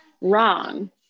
wrong